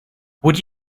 would